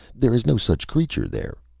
there is no such creature there!